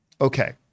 Okay